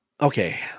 Okay